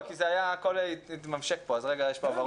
כי הכול התממשק פה אז יש הבהרות.